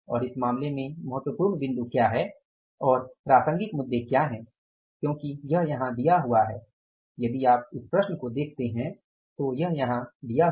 और इस मामले में महत्वपूर्ण बिंदु क्या हैं और प्रासंगिक मुद्दे क्या हैं क्योंकि यह यहाँ दिया हुआ है यदि आप इस प्रश्न को देखते हैं तो यह यहाँ दिया हुआ है